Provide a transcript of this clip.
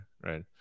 right